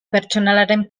pertsonalaren